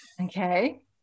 Okay